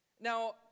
Now